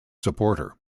supporter